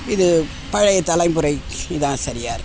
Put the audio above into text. இது பழைய தலைமுறை இதுதான் சரியாக இருக்குது